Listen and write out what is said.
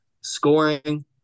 scoring